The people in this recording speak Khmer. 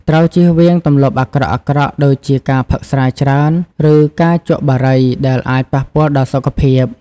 ត្រូវជៀសវាងទម្លាប់អាក្រក់ៗ ដូចជាការផឹកស្រាច្រើន ឬការជក់បារី ដែលអាចប៉ះពាល់ដល់សុខភាព។